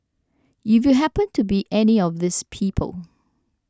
if you happened to be any of these people